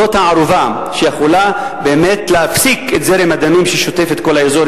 זאת הערובה שיכולה באמת להפסיק את זרם הדמים ששוטף את כל האזור,